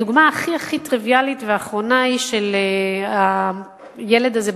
הדוגמה הכי הכי טריוויאלית ואחרונה היא של הילד הזה,